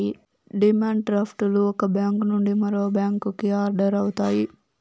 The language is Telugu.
డిమాండ్ డ్రాఫ్ట్ లు ఒక బ్యాంక్ నుండి మరో బ్యాంకుకి ఆర్డర్ అవుతాయి